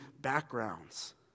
backgrounds